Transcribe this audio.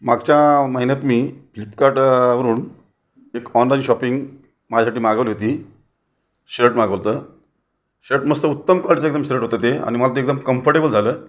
मागच्या महिन्यात मी फ्लिपकार्ट वरून एक ऑनलाईज शॉपिंग माझ्यासाठी मागवली होती शट मागवलं होतं शट मस्त उत्तम क्वाल्टीचं एकदम शर्ट होतं ते आणि मला ते एकदम कम्फर्टेबल झालं